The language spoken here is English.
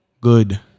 good